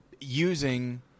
Using